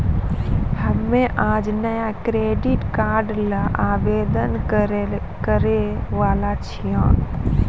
हम्मे आज नया क्रेडिट कार्ड ल आवेदन करै वाला छियौन